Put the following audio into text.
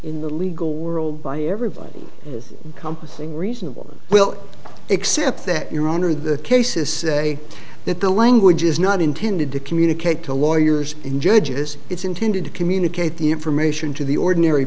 in the legal world by everybody compassing reasonable well except that your honor the cases say that the language is not intended to communicate to lawyers in judges it's intended to communicate the information to the ordinary